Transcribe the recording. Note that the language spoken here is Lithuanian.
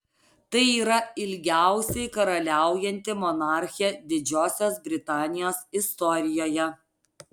tai yra ilgiausiai karaliaujanti monarchė didžiosios britanijos istorijoje